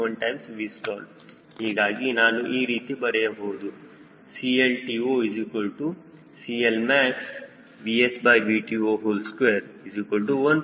1VStall ಹೀಗಾಗಿ ನಾನು ಈ ರೀತಿ ಬರೆಯಬಹುದು CLTOCLmaxVsVTO21